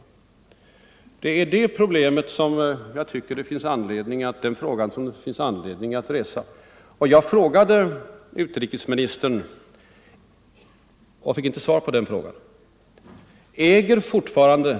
Det är den frågan som jag tycker det finns anledning att ställa. Jag fick inget svar på den från utrikesministern.